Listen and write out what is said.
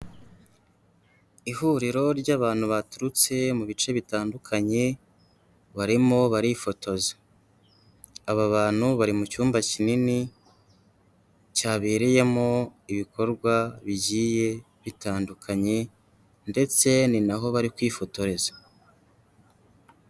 Ihuriro ry'abantu baturutse mu bice bitandukanye barimo barifotoza, aba bantu bari mu cyumba kinini cyabereyemo ibikorwa bigiye bitandukanye ndetse ni naho bari kwifotoreza.